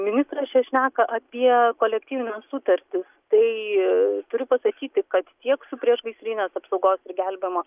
ministras čia šneka apie kolektyvines sutartis tai turiu pasakyti kad tiek su priešgaisrinės apsaugos ir gelbėjimo